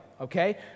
okay